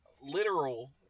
literal